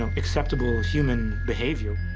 um acceptable human behavior.